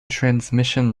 transmission